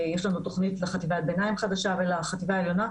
יש לנו תוכנית חדשה לחטיבת הביניים ולחטיבה העליונה.